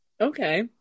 okay